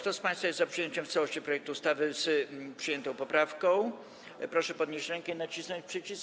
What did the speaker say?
Kto z państwa jest za przyjęciem w całości projektu ustawy, wraz z przyjętą poprawką, proszę podnieść rękę i nacisnąć przycisk.